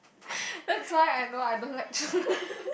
that's why I know I don't like children